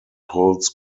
holds